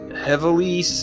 heavily